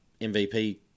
MVP